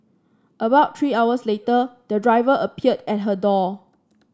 about three hours later the driver appeared at her door